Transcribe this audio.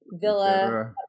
villa